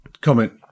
comment